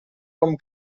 com